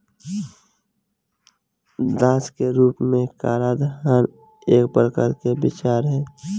दास के रूप में कराधान एक प्रकार के विचार ह